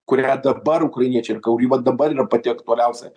kurią dabar ukrainiečiai ir kuri vat dabar yra pati aktualiausia